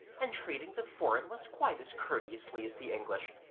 and treating the foreign ones quite as courteously as the english,